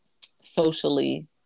socially